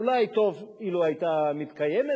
אולי טוב אילו היתה מתקיימת,